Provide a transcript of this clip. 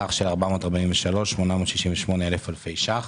סך של 443,868 אלפי שקלים.